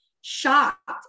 shocked